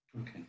Okay